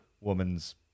woman's